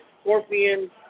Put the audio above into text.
Scorpion